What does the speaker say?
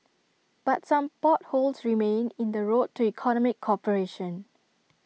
but some potholes remain in the road to economic cooperation